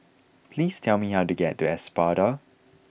please tell me how to get to Espada